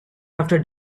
after